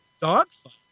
dogfight